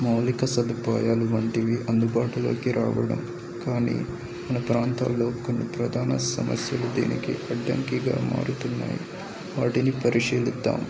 మౌలిక సదుపాయాలు వంటివి అందుబాటులోకి రావడం కానీ కొన్ని ప్రాంతాల్లో కొన్ని ప్రధాన సమస్యలు దీనికి అడ్డంకిగా మారుతున్నాయి వాటిని పరిశీలించుదాము